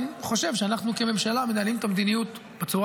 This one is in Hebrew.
אני חושב שאנחנו כממשלה מנהלים את המדיניות בצורה